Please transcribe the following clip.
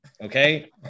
okay